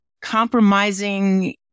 compromising